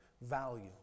value